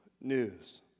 news